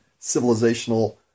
civilizational